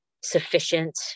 sufficient